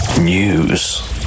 News